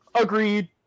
Agreed